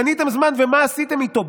קניתם זמן, ומה עשיתם איתו?